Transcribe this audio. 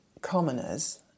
commoners